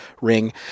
ring